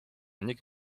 nikt